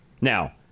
Now